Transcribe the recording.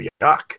Yuck